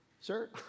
sir